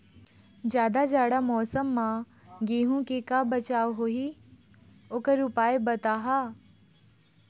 जादा जाड़ा मौसम म गेहूं के का बचाव होही ओकर उपाय बताहा?